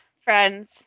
friends